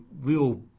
real